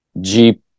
Jeep